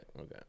okay